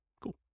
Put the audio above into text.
Cool